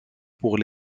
pour